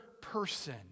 person